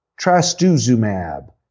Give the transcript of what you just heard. trastuzumab